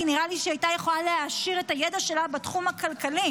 כי נראה לי שהיא הייתה יכולה להעשיר את הידע שלה בתחום הכלכלי.